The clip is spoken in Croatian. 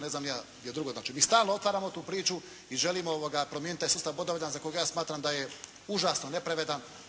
ne znam ni ja gdje drugdje. Znači, mi stalno otvaramo tu priču i želim promijeniti taj sustav bodovanja za koga ja smatram da je užasno nepravedan